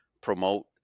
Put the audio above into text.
promote